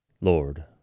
Lord